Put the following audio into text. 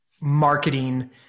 marketing